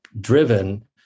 driven